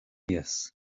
alias